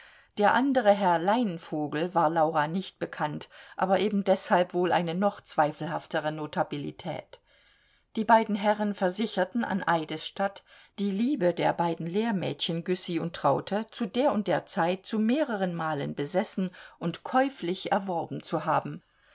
der andere herr herr leinvogel war laura nicht bekannt aber eben deshalb wohl eine noch zweifelhaftere notabilität die beiden herren versicherten an eidesstatt die liebe der beiden lehrmädchen güssy und traute zu der und der zeit zu mehreren malen besessen und käuflich erworben zu haben